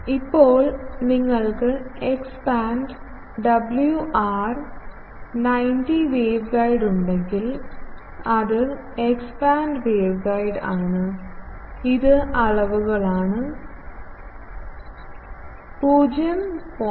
ഇപ്പോൾ നിങ്ങൾക്ക് X band WR 90 wave ഗൈഡുണ്ടെങ്കിൽ അത് എക്സ് ബാൻഡ് വേവ്ഗൈഡ് ആണ് ഇത് അളവുകളാണ് 0